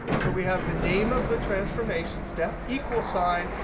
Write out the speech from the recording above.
so we have the name of the transformation step, equal sign,